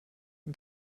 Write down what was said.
den